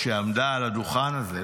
כשעמדה על הדוכן הזה,